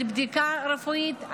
על בדיקה רפואית,